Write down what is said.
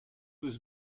was